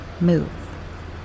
move